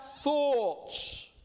thoughts